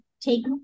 take